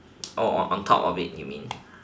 oh on top of it you mean